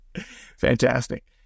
Fantastic